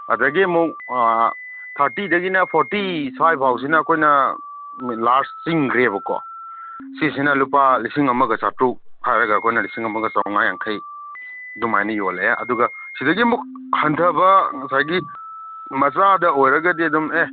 ꯑꯗꯒꯤ ꯑꯃꯨꯛ ꯊꯥꯔꯇꯤꯗꯒꯤꯅ ꯐꯣꯔꯇꯤ ꯁ꯭ꯋꯥꯏꯕꯣꯛꯁꯤꯅ ꯑꯩꯈꯣꯏꯅ ꯂꯥꯔꯖ ꯆꯤꯡꯈ꯭ꯔꯦꯕꯀꯣ ꯁꯤꯖꯤꯅ ꯂꯨꯄꯥ ꯂꯤꯁꯤꯡ ꯑꯃꯒ ꯆꯥꯇ꯭ꯔꯨꯛ ꯍꯥꯏꯔꯒ ꯑꯩꯈꯣꯏꯅ ꯂꯤꯁꯤꯡ ꯑꯃꯒ ꯆꯥꯝꯃꯉꯥ ꯌꯥꯡꯈꯩ ꯑꯗꯨꯃꯥꯏꯅ ꯌꯣꯜꯂꯦ ꯑꯗꯨꯒ ꯁꯤꯗꯒꯤꯃꯨꯛ ꯍꯟꯗꯕ ꯉꯁꯥꯏꯒꯤ ꯃꯆꯥꯗ ꯑꯣꯏꯔꯒꯗꯤ ꯑꯗꯨꯝ ꯑꯦ